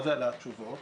מה זה העלאת תשובות?